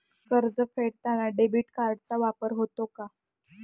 कर्ज फेडताना डेबिट कार्डचा वापर होतो का?